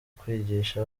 kwigisha